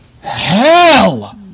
hell